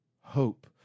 hope